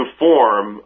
form